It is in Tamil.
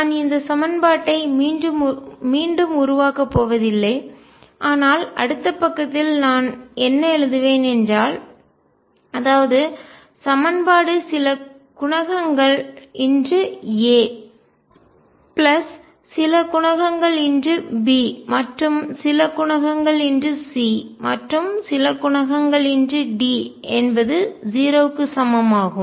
நான் இந்த சமன்பாட்டை மீண்டும் உருவாக்கப் போவதில்லை ஆனால் அடுத்த பக்கத்தில் நான் என்ன எழுதுவேன் என்றால்அதாவது சமன்பாடு சில குணகங்கள் A பிளஸ் சில குணகங்கள் B மற்றும் சில குணகங்கள் C மற்றும் சில குணகங்கள் D என்பது 0 க்கு சமம் ஆகும்